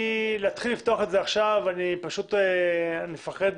להתחיל לפתוח את זה עכשיו, אני מפחד